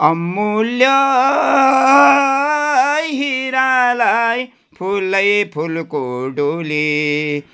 अमूल्य हिरालाई फुलैफुलको डोली